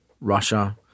Russia